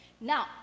Now